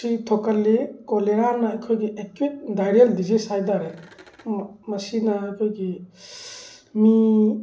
ꯁꯤ ꯊꯣꯛꯀꯜꯂꯤ ꯀꯣꯂꯦꯔꯥꯅ ꯑꯩꯈꯣꯏꯒꯤ ꯑꯦꯀ꯭ꯌꯨꯠ ꯚꯥꯏꯔꯦꯜ ꯗꯤꯖꯤꯁ ꯍꯥꯏꯇꯥꯔꯦ ꯃꯁꯤꯅ ꯑꯩꯈꯣꯏꯒꯤ ꯃꯤ